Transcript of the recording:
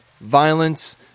Violence